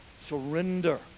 surrender